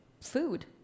food